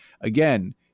again